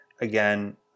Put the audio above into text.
again